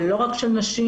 ולא רק של נשים.